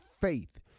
faith